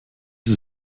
sie